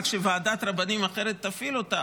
רק שוועדת רבנים אחרת תפעיל אותה,